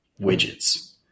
widgets